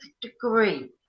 degree